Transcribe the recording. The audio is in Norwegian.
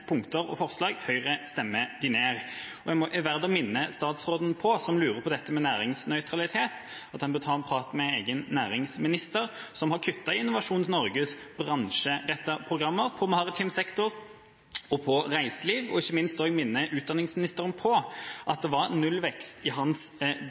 punkter og forslag. Høyre stemmer dem ned. Det er verdt å minne statsråden på, som lurer på dette med næringsnøytralitet, at han bør ta en prat med egen næringsminister, som har kuttet i Innovasjon Norges bransjerettede programmer på maritim sektor og på reiseliv, og ikke minst vil jeg minne utdanningsministeren på at det var nullvekst i hans